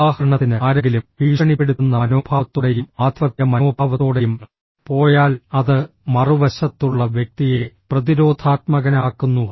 ഉദാഹരണത്തിന് ആരെങ്കിലും ഭീഷണിപ്പെടുത്തുന്ന മനോഭാവത്തോടെയും ആധിപത്യ മനോഭാവത്തോടെയും പോയാൽ അത് മറുവശത്തുള്ള വ്യക്തിയെ പ്രതിരോധാത്മകനാക്കുന്നു